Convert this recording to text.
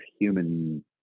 human